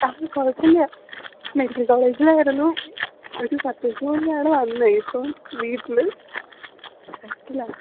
അതൊന്നും കുഴപ്പമില്ല മെഡിക്കൽ കോളേജിലായിരുന്നു ഒരു പത്തു ദിവസം മുന്നെയാണ് വന്നത് ഇപ്പം വീട്ടിൽ കിടപ്പിലാണ്